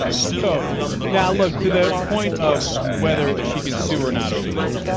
sfo now look to that point of whether she can see were not over this